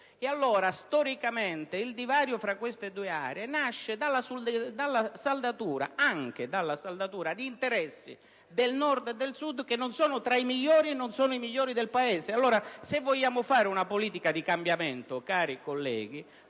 Allora, storicamente, il divario tra queste due aree nasce anche dalla saldatura di interessi del Nord e del Sud che non sono tra i migliori del Paese. Se vogliamo fare una politica di cambiamento, cari colleghi,